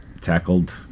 tackled